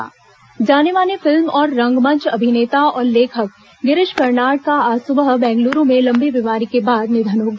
गिरीश कर्नाड निधन जानेमाने फिल्म और रंगमंच अभिनेता और लेखक गिरीश कर्नाड का आज सुबह बेंगलूरू में लंबी बीमारी के बाद निधन हो गया